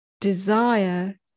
desire